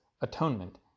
atonement